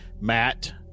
Matt